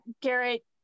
Garrett